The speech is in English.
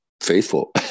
faithful